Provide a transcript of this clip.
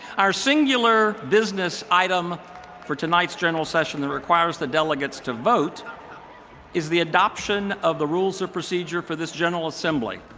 our singular business item for tonight's general session that requires the delegates to vote is the adoption of the rules of procedure for this general assembly.